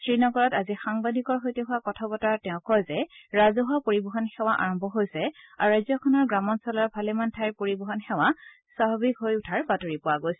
শ্ৰীনগৰত আজি সাংবাদিকৰ সৈতে হোৱা কথা বতৰাত তেওঁ কয় যে ৰাজহুৱা পৰিবহন সেৱা আৰম্ভ হৈছে আৰু ৰাজ্যখনৰ গ্ৰামাঞ্চলৰ ভালেমান ঠাইৰ পৰিবহন সেৱা স্বাভাৱিক হৈ উঠাৰ বাতৰি পোৱা গৈছে